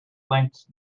linked